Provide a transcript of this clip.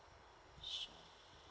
sure